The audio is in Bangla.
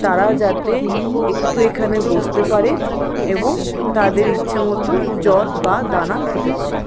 তারা যাতে একটু এখানে বসতে পারে এবং তাদের ইচ্ছে মতো জল বা দানা খেতে পারে